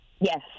Yes